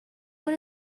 one